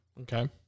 Okay